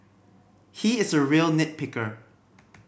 he is a real nit picker